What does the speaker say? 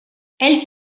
elle